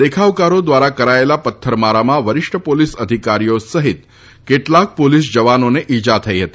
દેખાવકારો દ્વારા કરાયેલા પથ્થરમારામાં વરિષ્ઠ પોલીસ અધિકારીઓ સહીત કેટલાક પોલીસ જવાનોને ઇજા થઇ હતી